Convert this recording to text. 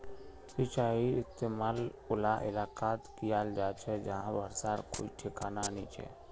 सिंचाईर इस्तेमाल उला इलाकात कियाल जा छे जहां बर्षार कोई ठिकाना नी